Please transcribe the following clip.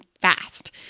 fast